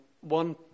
One